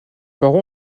parents